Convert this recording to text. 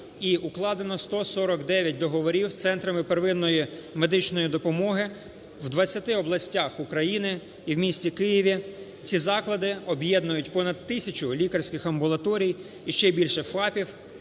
укладено 149 договорів з центрами первинної медичної допомоги в 20 областях України і в місті Києві. Ці заклади об'єднують понад 1000 лікарських амбулаторій і ще більше ФАПів.